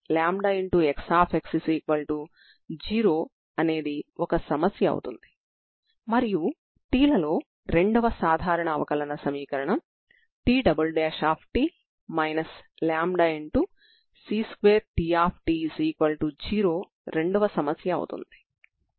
ఇది మీ అవకలన సమీకరణం అవుతుంది మరియు 0xL కు ux0fx మరియు utx0g లు మీ ప్రారంభ నియమాలు అవుతాయి